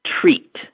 treat